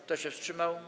Kto się wstrzymał?